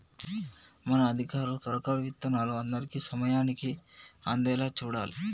మన అధికారులు తొలకరి విత్తనాలు అందరికీ సమయానికి అందేలా చూడాలి